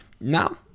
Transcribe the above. Now